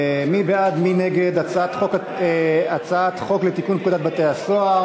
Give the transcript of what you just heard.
מי בעד ומי נגד הצעת חוק לתיקון פקודת בתי-הסוהר?